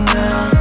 now